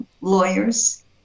lawyers